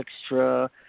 extra –